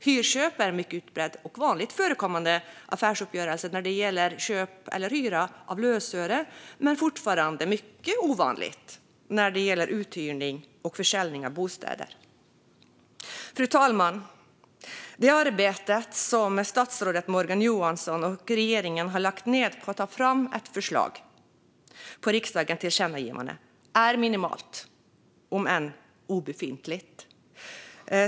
Hyrköp är en mycket utbredd och vanligt förekommande affärsuppgörelse när det gäller köp eller hyra av lösöre, men det är fortfarande mycket ovanligt när det gäller uthyrning och försäljning av bostäder. Fru talman! Det arbete som statsrådet Morgan Johansson och regeringen lagt ned på att ta fram ett förslag efter riksdagens tillkännagivande är minimalt, nästan obefintligt.